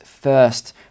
first